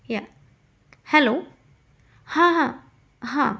या हॅलो हां हां हां